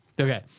Okay